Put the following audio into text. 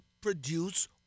produce